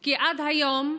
כי עד היום אין,